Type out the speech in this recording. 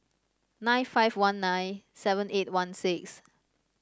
nine five one nine seven eight one six